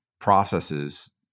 processes